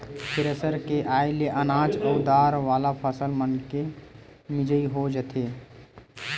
thresher के आये ले अनाज अउ दार वाला फसल मनके मिजई हो जाथे